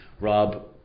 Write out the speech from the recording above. Rob